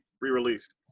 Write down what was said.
re-released